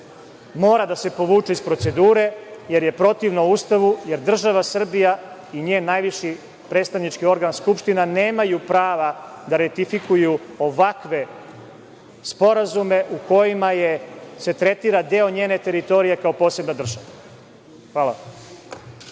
mora da se povuče iz procedure jer je protivno Ustavu, jer država Srbija i njen najviši predstavnički organ Skupština nemaju prava da ratifikuju ovakve sporazume u kojima se tretira deo njene teritorije kao posebna država. Hvala.